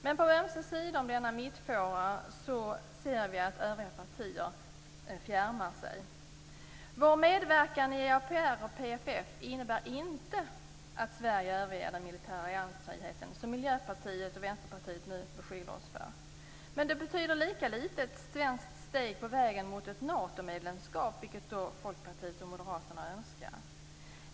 Men på ömse sidor om denna mittfåra ser vi att övriga partier fjärmar sig. Sveriges medverkan i EAPR och PFF innebär inte att Sverige överger den militära alliansfriheten som Miljöpartiet och Vänsterpartiet nu beskyller den för. Men den betyder lika litet ett svenskt steg på vägen mot ett Natomedlemskap, som Folkpartiet och Moderaterna önskar.